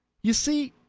you see,